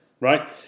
right